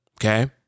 Okay